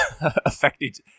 affected